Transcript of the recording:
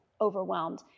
overwhelmed